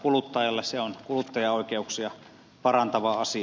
se on kuluttajaoikeuksia parantava asia